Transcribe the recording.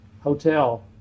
hotel